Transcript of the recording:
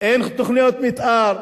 אין תוכניות מיתאר,